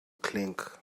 clink